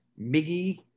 Miggy